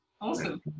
Awesome